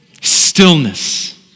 Stillness